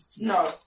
no